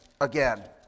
again